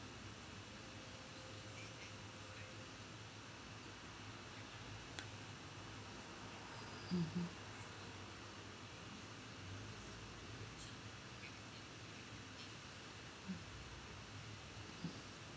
mmhmm